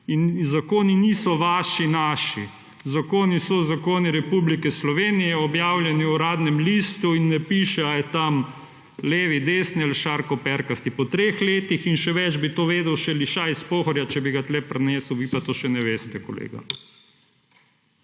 In zakoni niso vaši, naši. Zakoni so zakoni Republike Slovenije, objavljeni v Uradnem listu in ne piše, ali je tam levi, desni ali šarkoperkasti. Po treh letih še več bi to vedel še lišaj s Pohorja, če bi ga tukaj prinesel, vi pa tega še ne veste, kolega.